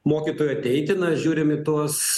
mokytojų ateiti na žiūrim į tuos